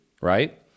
Right